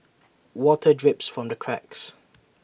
water drips from the cracks